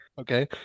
Okay